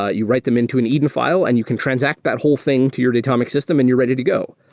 ah you write them into an edn file and you can transact that whole thing to your datomic system and you're ready to go.